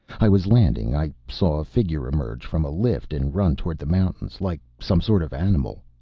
i was landing. i saw a figure emerge from a lift and run toward the mountains, like some sort of animal.